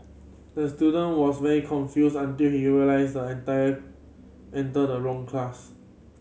the student was very confused until he realised entire entered the wrong class